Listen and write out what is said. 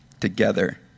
together